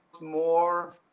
more